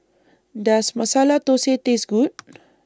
Does Masala Thosai Taste Good